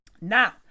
Now